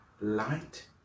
light